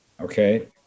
okay